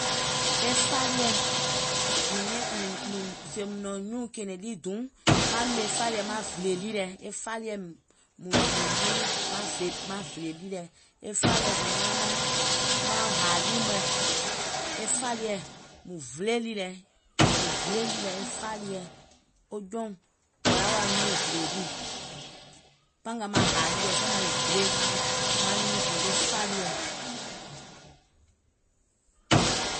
sèè mùŋ nɔ̀ŋ nyuùŋ kɛ̀ɛ̀nɛ̀ŋ ɗì duum, maŋ ɓèmè fàliɛ̀ maŋ vìlè ɗì lɛ, e fàliɛ̀ mùŋ nyɛnɛŋ maŋ vìlè ɗì lɛ, e fàliɛ̀ sèè manaŋ maŋ hàà ɗì mɔ̀ɛ̀, e fàliɛ̀, mùŋ vilè ɗì lɛ, mùŋ vilè ɗì lɛ e fàliɛ̀, o jɔùŋ wò yaà wa nyuùŋ vìlè ɗì, pangàà maŋ hàà ɗì lɛ sɔɔ̀ maiŋ vilè, maŋ ùùsù e fàliɛ̀.